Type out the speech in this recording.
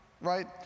right